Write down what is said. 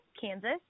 Kansas